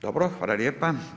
Dobro, hvala lijepo.